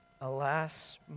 Alas